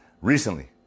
Recently